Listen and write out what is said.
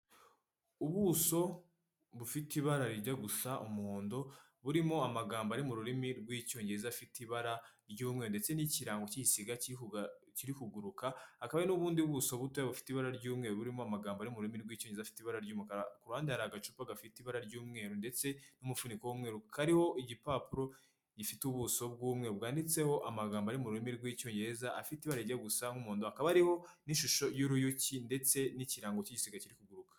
Ubuso bufite ibara ryo gusa umuhondo burimo amagambo ari mu rurimi rw'icyongereza afite ibara ry'umye ndetse n'ikikirarango cy'siga ki kiri kuguruka, hakaba n'ubundi buso butoya bufite ibara ry'umweru burimo amagambo ari' mu ruri rw'ckinnge afite ibara ry'umukara ruhande hari agacupa gafite ibara ry'umweru ndetse n'umufuniko w'umweru kariho igipapuro gifite ubuso bw'umwe bwanditseho amagambo ari mu rurimi rw'icyongereza afite ibara rijya gusa n'umundo, akaba ariho n'ishusho y'uruyuki ndetse n'ikirango cy'sigaga kijya kiguruka.